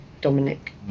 Dominic